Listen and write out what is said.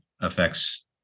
affects